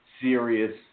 serious